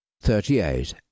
thirty-eight